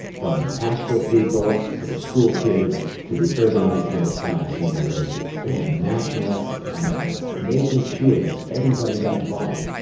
from the pastoral people to the schoolkids to the urbanite middle-class in nairobi, it was a national effort, and by making sure that everybody got involved,